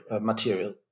material